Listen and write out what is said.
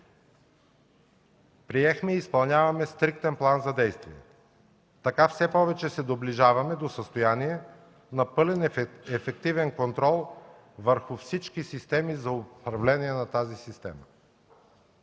приехме и изпълняваме стриктен план за действие. Така все повече се доближаваме до състояние на пълен ефективен контрол върху всички системи за управление на тази система.